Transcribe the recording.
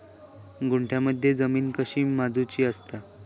गुंठयामध्ये जमीन कशी मोजूची असता?